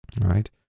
Right